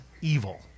evil